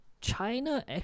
China